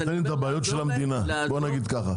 של המדינה בעניין של העסקים הקטנים.